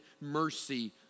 mercy